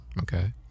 Okay